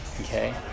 okay